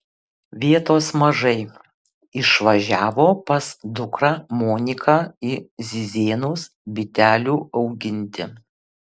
vietos mažai išvažiavo pas dukrą moniką į zizėnus bitelių auginti